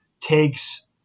takes